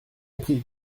prie